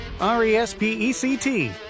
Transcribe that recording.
R-E-S-P-E-C-T